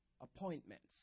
Appointments